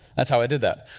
that's how i did that.